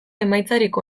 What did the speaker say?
emaitzarik